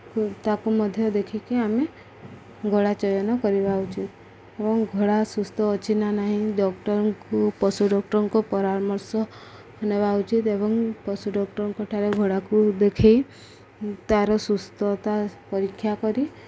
ତାକୁ ମଧ୍ୟ ଦେଖିକି ଆମେ ଘୋଡ଼ା ଚୟନ କରିବା ଉଚିତ ଏବଂ ଘୋଡ଼ା ସୁସ୍ଥ ଅଛି ନା ନାହିଁ ଡକ୍ଟରଙ୍କୁ ପଶୁ ଡକ୍ଟରଙ୍କ ପରାମର୍ଶ ନେବା ଉଚିତ ଏବଂ ପଶୁ ଡକ୍ଟରଙ୍କଠାରେ ଘୋଡ଼ାକୁ ଦେଖେଇ ତାର ସୁସ୍ଥତା ପରୀକ୍ଷା କରି